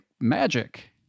Magic